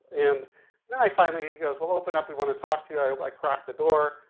and then i finally, he goes, well open up, we wanna talk to you. i crack the door,